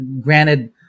granted